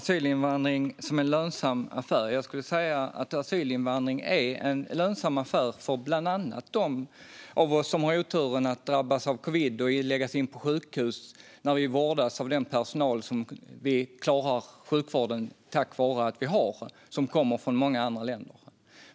Fru talman! Asylinvandring är en lönsam affär för bland andra dem av oss som har oturen att drabbas av covid och vårdas på sjukhus eftersom sjukvården klarar sig mycket tack vare personal som kommer från många andra länder.